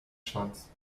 schwanz